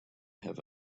have